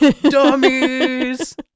dummies